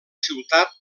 ciutat